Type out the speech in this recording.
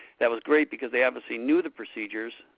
that was great because they obviously knew the procedures,